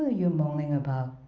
ah you moaning about?